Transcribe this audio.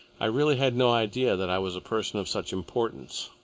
i really had no idea that i was a person of such importance.